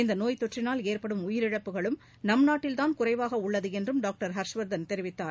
இந்த நோய் தொற்றினால் ஏற்படும் உயிரிழப்புகளும் நம் நாட்டில்தான் குறைவாக உள்ளது என்றும் டாக்டர் ஹர்ஷவர்தன் தெரிவித்தார்